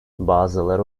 bazıları